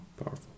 powerful